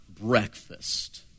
breakfast